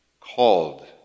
called